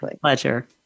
pleasure